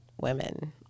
women